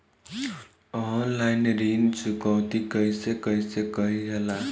Online ऋण चुकौती कइसे कइसे कइल जाला?